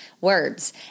words